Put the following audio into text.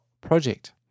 project